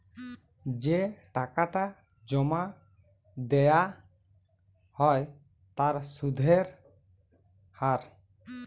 যে টাকাটা জমা দেয়া হ্য় তার সুধের হার